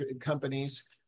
companies